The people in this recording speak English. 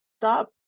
stop